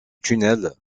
tunnel